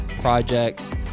projects